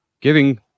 Giving